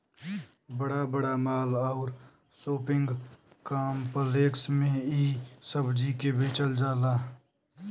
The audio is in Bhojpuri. बड़ा बड़ा माल आउर शोपिंग काम्प्लेक्स में इ सब्जी के बेचल जाला